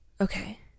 Okay